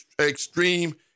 extreme